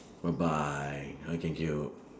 bye bye oh thank you